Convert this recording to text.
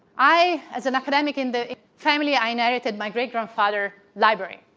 i as an academic in the family, i inherited my great-grandfather's library.